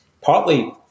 Partly